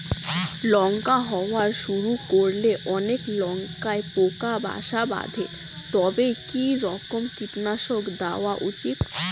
লঙ্কা হওয়া শুরু করলে অনেক লঙ্কায় পোকা বাসা বাঁধে তবে কি রকমের কীটনাশক দেওয়া উচিৎ?